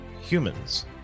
humans